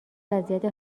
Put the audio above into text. وضعیت